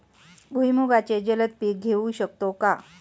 भुईमुगाचे जलद पीक घेऊ शकतो का?